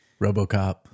Robocop